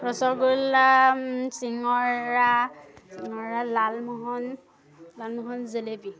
ৰসগোল্লা চিঙৰা চিঙৰা লালমোহন লালমোহন জেলেপী